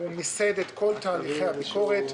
הוא מיסד את כל תהליכי הביקורת,